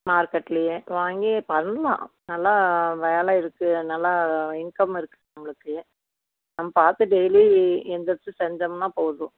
மார்கெட்லியே வாங்கி பண்ணலாம் நல்லா வேலை இருக்கு நல்லா இன்கம் இருக்கு உங்களுக்கு நம் பார்த்து டெய்லி எந்துர்ச்சு செஞ்சம்னா போதும்